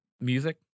music